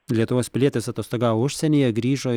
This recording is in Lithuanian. lietuvos pilietis atostogavo užsienyje grįžo